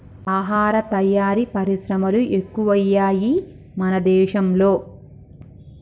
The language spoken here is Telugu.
ఆహార తయారీ పరిశ్రమలు ఎక్కువయ్యాయి మన దేశం లో